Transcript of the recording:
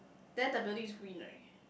then the building is green right